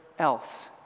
else